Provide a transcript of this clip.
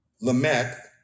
Lamech